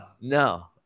No